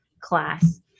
class